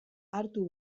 hartu